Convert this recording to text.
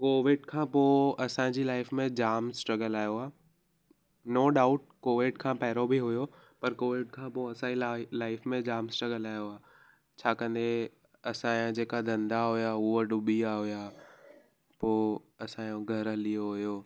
Covid खां पोइ असांजी लाइफ में जामु स्ट्रगल आयो आहे नो डाउट कोविड खां पहिरियों बि हुयो पर कोविड खां पोइ असांजी लाइ लाइफ में जामु स्ट्रगल आयो आहे छाकाणि त असांजा जेका धंधा हुया हुअ डुॿी वया हुया पोइ असांजो घरु हली वयो हुयो